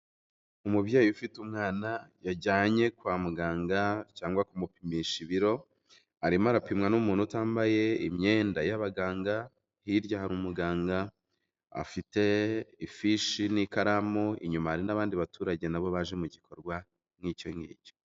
Umubyeyi ufite umwana yajyanye kwa muganga, cyangwa kumupimisha ibiro, arimo arapimwa n'umuntu utambaye imyenda y'abaganga, hirya hari umuganga afite ifishi n'ikaramu, inyuma hari n'abandi baturage na bo baje mu gikorwa nk'icyo ngicyo.